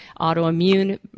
autoimmune